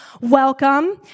welcome